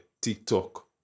TikTok